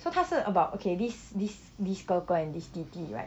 so 他是 about okay this this this 哥哥 and this 弟弟 right